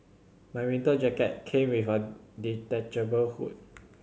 my winter jacket came with a detachable hood